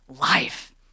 life